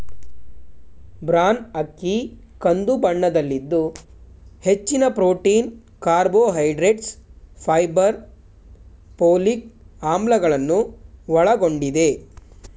bran ಅಕ್ಕಿ ಕಂದು ಬಣ್ಣದಲ್ಲಿದ್ದು ಹೆಚ್ಚಿನ ಪ್ರೊಟೀನ್, ಕಾರ್ಬೋಹೈಡ್ರೇಟ್ಸ್, ಫೈಬರ್, ಪೋಲಿಕ್ ಆಮ್ಲಗಳನ್ನು ಒಳಗೊಂಡಿದೆ